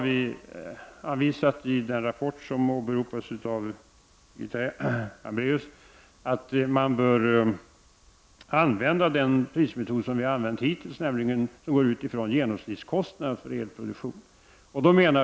Vi har, i den rapport som åberopas av Birgitta Hambraeus, anvisat att man bör använda den prismetod som vi hittills använt, nämligen den som utgår ifrån genomsnittskostnaden för elproduktionen.